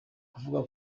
avuga